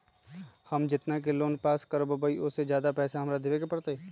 हम जितना के लोन पास कर बाबई ओ से ज्यादा पैसा हमरा देवे के पड़तई?